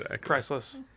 priceless